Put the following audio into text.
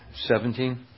Seventeen